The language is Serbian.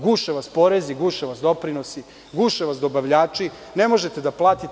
Guše vas porezi, guše vas doprinosi, guše vas dobavljači, ne možete da platite.